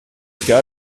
cas